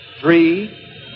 three